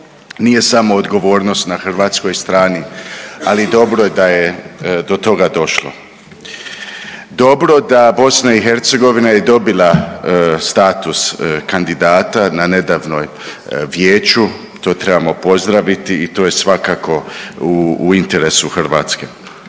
Nije samo odgovornost na hrvatskoj strani, ali dobro je da je do toga došlo. Dobro da BiH je dobila status kandidata na nedavnoj vijeću, to trebamo pozdraviti i to je svakako u interesu Hrvatske.